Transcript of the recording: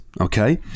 okay